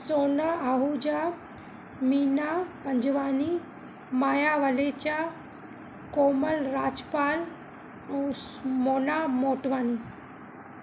सोना आहूजा मीना पंजवानी माया वलेचा कोमल राजपाल ऊ मोना मोटवानी